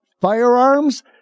Firearms